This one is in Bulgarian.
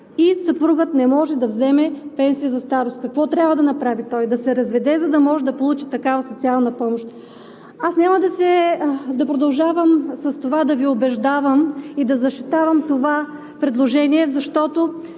и съпругът не може да вземе пенсия за старост. Какво трябва да направи той? Да се разведе, за да може да получи такава социална помощ?! Аз няма да продължавам да Ви убеждавам и да защитавам това предложение, защото